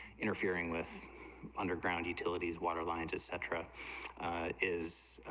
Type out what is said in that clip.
interfering with underground utilities waterline to sentra, it is,